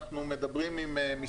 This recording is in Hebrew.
איך הן ישיבו כסף שהן לא רוצות?